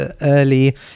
early